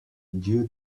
due